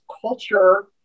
culture